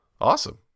awesome